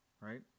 Right